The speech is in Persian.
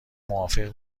موافق